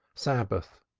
sabbath,